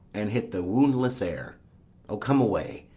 and hit the woundless air o, come away!